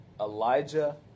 Elijah